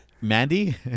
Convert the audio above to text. Mandy